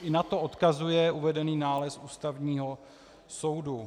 I na to odkazuje uvedený nález Ústavního soudu.